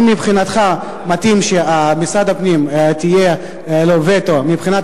אם מבחינתך מתאים שלמשרד הפנים יהיה וטו מבחינת